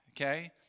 okay